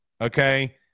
okay